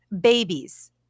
babies